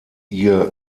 ihr